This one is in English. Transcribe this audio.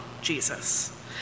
Jesus